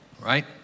right